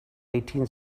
eighteen